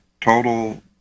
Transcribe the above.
total